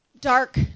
dark